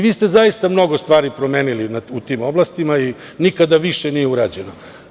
Vi ste zaista mnogo stvari promenili u tim oblastima i nikada više nije urađeno.